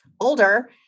older